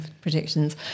predictions